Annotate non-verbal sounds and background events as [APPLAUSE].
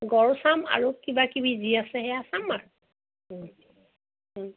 গড় চাম আৰু কিবা কিবি যি আছে সেয়া চাম আৰ [UNINTELLIGIBLE]